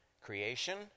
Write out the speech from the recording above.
Creation